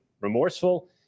remorseful